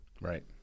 Right